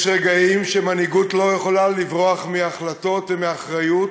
יש רגעים שמנהיגות לא יכולה לברוח מהחלטות ומאחריות.